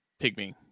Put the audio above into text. pygmy